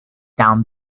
down